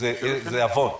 לא פשע.